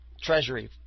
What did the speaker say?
Treasury